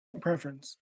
preference